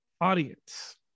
audience